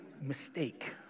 Mistake